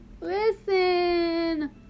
listen